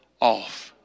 off